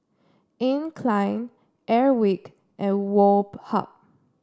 Anne Klein Airwick and Woh Hup